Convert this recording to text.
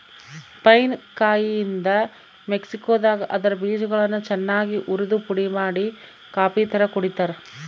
pine ಕಾಯಿಯಿಂದ ಮೆಕ್ಸಿಕೋದಾಗ ಅದರ ಬೀಜಗಳನ್ನು ಚನ್ನಾಗಿ ಉರಿದುಪುಡಿಮಾಡಿ ಕಾಫಿತರ ಕುಡಿತಾರ